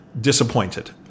disappointed